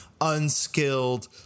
unskilled